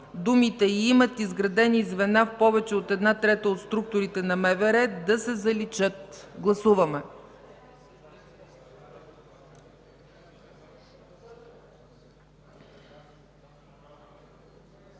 думите: „и имат изградени звена в повече от една трета от структурите на МВР” да се заличат. Гласували